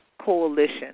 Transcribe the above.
Coalition